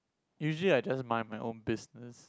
usually I just mind my own business